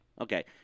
Okay